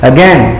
Again